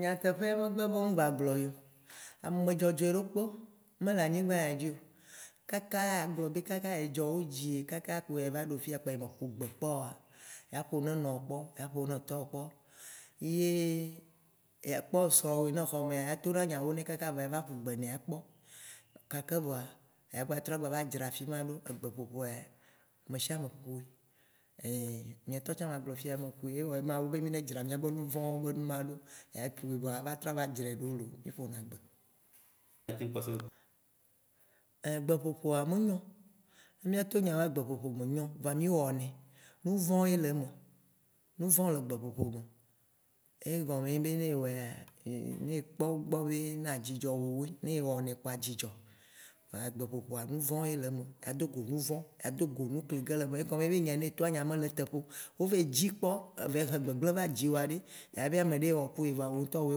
Nyateƒea mgbe be wòm gba gblɔ̃ ye o, amedzɔdzɔe ɖokpe me le agnigbã ya dzi o. Kaka ya gblɔ be, kaka ye dzɔ wodzi ye kaka kpo ye va ɖo fiya via kpoa ye me ƒogbe kpɔ oa, ya ƒo ne nɔwò kpɔ, ya ƒo ne tɔwò kpɔ. Ye kpɔ srɔ̃wò ne xɔmea, ya tona nyawo nɛ kaka vɔa yava ƒogbe nɛ kpɔ. Gake voa ya gba trɔ va dzra fima ɖo, egbe ƒoƒoa, mesiame ƒoe. Nye ŋtɔtsã ma gblɔ fiya be meƒoe, ye wɔ Mawu be mì ne dzra mìabe nuvɔwo be nu ma ɖo, ya ƒoe voa atrɔ va dzre ɖo looo, mì ƒo na gbe Ein gbeƒoƒo me nyo, voa mì wɔnɛ, nuvɔ̃ ye le eme, nuvɔ̃ le gbeƒoƒo me. Egome ye be ne ewɔea, kpɔgbɔ be na dzidzɔ wowoe, ne ewɔnɛ kpoa dzidzɔ. Kpoa gbeƒoƒoa nuvɔ̃ ye le eme, ya dogo nu vɔ̃, ya dogo nu kli gã ye le eme, egɔme ye be nya yi ne etɔa, nya mele eteƒe o. Wo va yi dzi kpɔ eva yi he gbegble va dziwò aɖe, ya be ameɖe ye wɔ ku ye vɔa wò ŋtɔɛ woe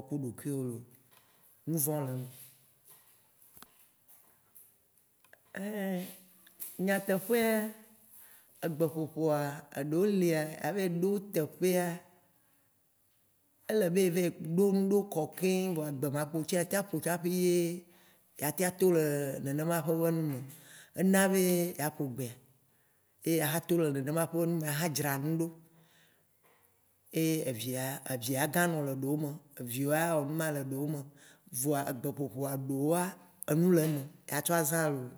wɔ ku ɖokuiwo looo nuvɔ̃ le eme.. Ein nyateƒea, egbeƒoƒoa eɖewo lia, yava yi ɖo eteƒea, ele be eva yi ɖo ŋɖewo kɔ keŋ voa gbema kpo ce ya taŋ ƒo tsaƒe yeee, ya tea to le nenema ƒe nu me. Ena be ya ƒo gbea, ye axa to le nenema ƒe nu me, adzra nu ɖo, ye evi agã nɔ le ɖowo me, evi awɔ numa le ɖewo me. Voa egbeƒoƒoa ɖewoa, enu le me ya tsɔ azã loo